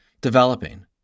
developing